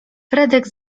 fredek